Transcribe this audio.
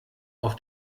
auf